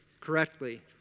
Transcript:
correctly